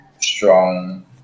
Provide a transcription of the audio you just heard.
strong